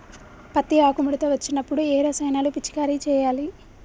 పత్తి ఆకు ముడత వచ్చినప్పుడు ఏ రసాయనాలు పిచికారీ చేయాలి?